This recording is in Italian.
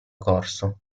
corso